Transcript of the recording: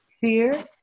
Fear